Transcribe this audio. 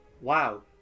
Wow